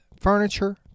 furniture